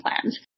plans